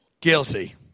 Guilty